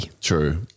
True